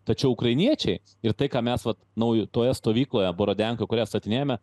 tačiau ukrainiečiai ir tai ką mes vat nauj toje stovykloje borodenkoj kurią atstatinėjame